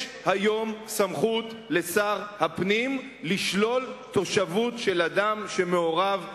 יש היום סמכות לשר הפנים לשלול תושבות של אדם שמעורב בטרור.